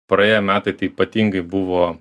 praėję metai tai ypatingai buvo